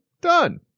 done